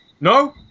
No